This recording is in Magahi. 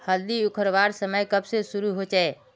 हल्दी उखरवार समय कब से शुरू होचए?